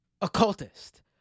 occultist